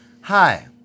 Hi